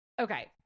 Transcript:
okay